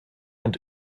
und